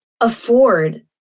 afford